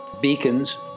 beacons